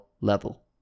level